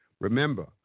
Remember